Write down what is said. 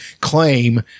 claim